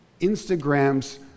Instagram's